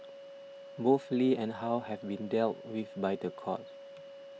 both Lee and how have been dealt with by the court